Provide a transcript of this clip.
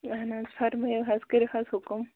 اَہَن حظ فرمٲیو حظ کٔرِو حظ حُکُم